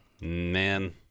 Man